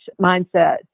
mindset